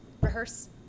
Rehearse